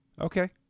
Okay